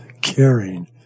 caring